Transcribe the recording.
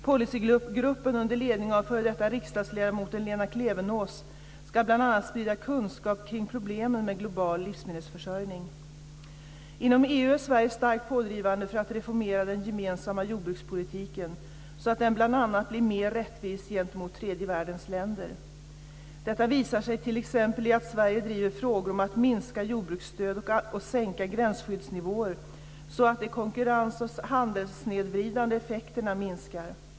Policygruppen, under ledning av f.d. riksdagsledamoten Lena Klevenås, ska bl.a. sprida kunskap kring problemen med global livsmedelsförsörjning. Inom EU är Sverige starkt pådrivande för att reformera den gemensamma jordbrukspolitiken så att den bl.a. blir mer rättvis gentemot tredje världens länder. Detta visar sig t.ex. i att Sverige driver frågor om att minska jordbruksstöd och att sänka gränsskyddsnivåer, så att de konkurrens och handelssnedvridande effekterna minskar.